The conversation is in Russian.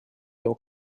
его